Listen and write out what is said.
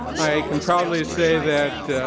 i can proudly say that